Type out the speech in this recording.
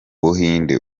buhinde